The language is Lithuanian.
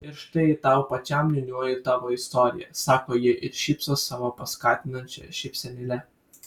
ir štai tau pačiam niūniuoju tavo istoriją sako ji ir šypsos savo paskatinančia šypsenėle